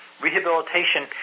rehabilitation